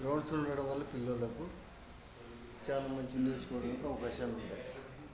grounds ఉండడం వల్ల పిల్లలకు చాలా మంచి నేర్చుకోడానికి అవకాశాలు ఉంటాయి